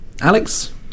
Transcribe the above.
Alex